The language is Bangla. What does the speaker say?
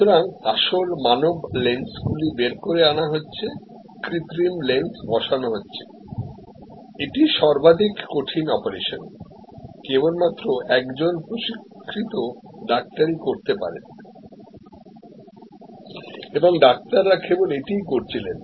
সুতরাং আসল মানব লেন্সগুলি বের করে আনা হয়েছে কৃত্রিম লেন্সগুলি বসানো হয়েছে এটি সর্বাধিক কঠিন অপারেশন কেবলমাত্র একজন প্রশিক্ষিত ডাক্তারই করতে পারেন এবং ডাক্তাররা কেবল এটিই করেছিলেন